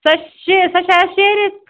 سۄ چھِ سۄ چھِ اَسہِ شِہرِتھ